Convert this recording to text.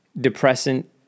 depressant